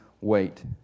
wait